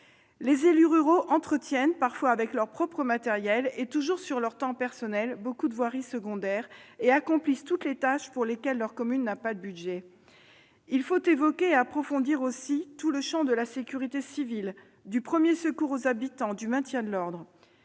Les élus ruraux entretiennent, parfois avec leur propre matériel et toujours sur leur temps personnel, beaucoup de voiries secondaires. Ils accomplissent toutes les tâches pour lesquelles leur commune n'a pas de budget. Il faut aussi évoquer et approfondir tout le champ de la sécurité civile, du premier secours aux habitants, du maintien de l'ordre.